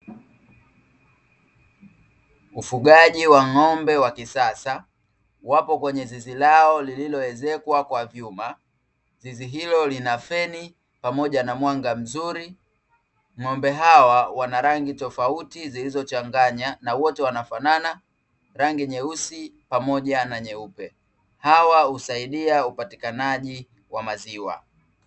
Ufugaji wa ng'ombe wa kisasa wapo kwenye zizi lao liloezekwa kwa vyuma, zizi hilo lina feni pamoja na mwanga mzuri, ng'ombe hawa wana rangi tofauti zilizochanganya na wote wanafanana rangi nyeusi pamoja na nyeupe, hawa husaidia upatikanaji wa maziwa.